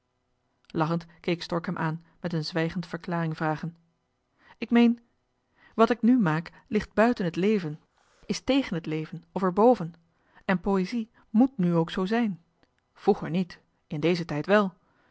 lachend keek stork hem aan met een zwijgend verklaring vragen ik meen wat ik nu maak ligt buiten het leven is tegen het leven of er boven en poëzie moet nu johan de meester de zonde in het deftige dorp ook zoo zijn vroeger niet in deze tijd wel